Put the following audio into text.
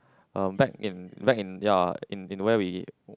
uh back in back in ya in where we